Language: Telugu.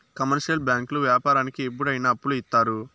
కమర్షియల్ బ్యాంకులు వ్యాపారానికి ఎప్పుడు అయిన అప్పులు ఇత్తారు